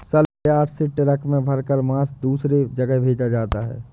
सलयार्ड से ट्रक में भरकर मांस दूसरे जगह भेजा जाता है